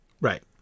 Right